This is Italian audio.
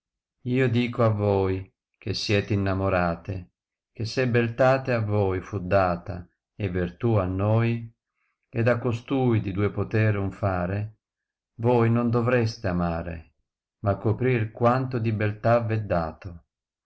io dico a toi che siete innamorate che se beliate a tol fu data e vertù a noi ed a costui di due potere ud fare voi non dovreste amare ma coprir quanto di beltà v dato